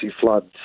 floods